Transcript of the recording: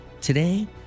Today